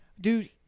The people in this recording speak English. Dude